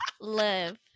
love